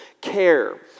care